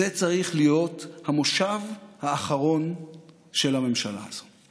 זה צריך להיות המושב האחרון של הממשלה הזו.